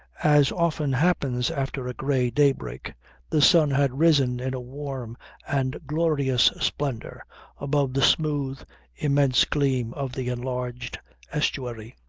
as often happens after a grey daybreak the sun had risen in a warm and glorious splendour above the smooth immense gleam of the enlarged estuary.